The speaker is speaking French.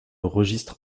registres